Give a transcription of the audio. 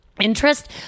interest